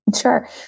Sure